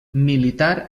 militar